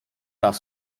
nawet